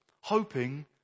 hoping